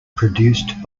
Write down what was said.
produced